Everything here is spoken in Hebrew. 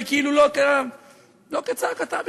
וכאילו לא כצעקתה בכלל.